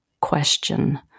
question